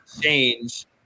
change